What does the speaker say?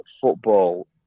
football